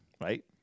Right